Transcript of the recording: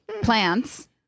plants